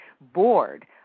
board